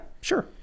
sure